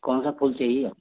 कौन सा फूल चाहिए आप